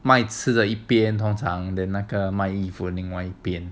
卖吃着一边通常 then 那个卖衣服另外一边